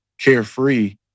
carefree